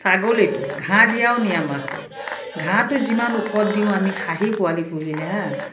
ছাগলীটো ঘাঁহ দিয়াও নিয়ম আছে ঘাঁহটো যিমান ওখত দিওঁ আমি খাহী পোৱালি পুহিলে হাঁ